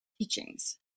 teachings